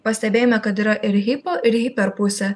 pastebėjome kad yra ir hipo ir hiper pusė